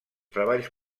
treballs